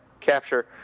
capture